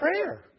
prayer